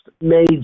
made